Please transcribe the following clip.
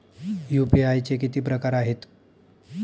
UPI चे किती प्रकार आहेत?